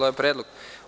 ovaj predlog.